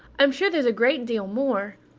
i'm sure there's a great deal more,